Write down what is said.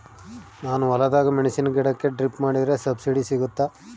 ನಾನು ಹೊಲದಾಗ ಮೆಣಸಿನ ಗಿಡಕ್ಕೆ ಡ್ರಿಪ್ ಮಾಡಿದ್ರೆ ಸಬ್ಸಿಡಿ ಸಿಗುತ್ತಾ?